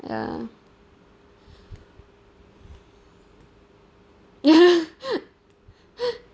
ya ya